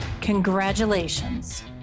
Congratulations